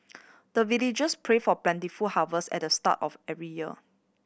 the villagers pray for plentiful harvest at the start of every year